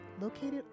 Located